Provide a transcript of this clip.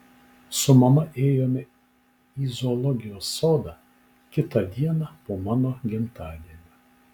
su mama ėjome į zoologijos sodą kitą dieną po mano gimtadienio